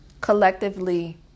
collectively